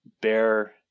bear